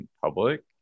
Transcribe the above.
public